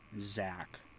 Zach